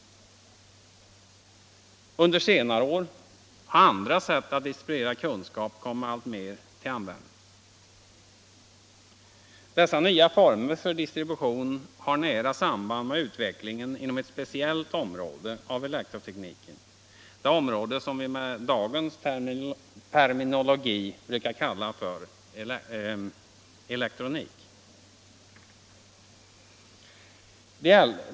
Under senare årtionden har andra sätt att distribuera kunskap kommit alltmer till användning. Dessa nya former för distribution har nära saniband med utvecklingen inom ett speciellt område av elektrotekniken, det område som vi med dagens terminologi brukar kalla för elektronik.